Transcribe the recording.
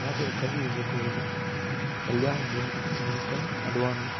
या फिर कवि जेको हुजे कल्याण मूल मूलचंद अडवाणी